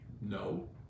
No